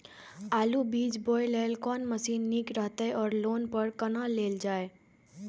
आलु बीज बोय लेल कोन मशीन निक रहैत ओर लोन पर केना लेल जाय?